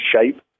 shape